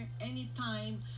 anytime